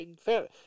Fair